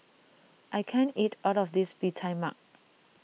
I can't eat all of this Bee Tai Mak